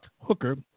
Hooker